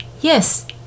Yes